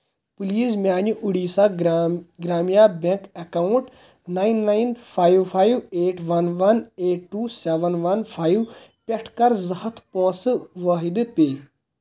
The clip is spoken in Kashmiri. پلیز میانہِ اُڈِسا گرام Gramya bank account nine nine five five eight one one eight two seven one five پٮ۪ٹھٕ کَر زٕ ہَتھ پۄنٛسہٕ واحِدٕ پے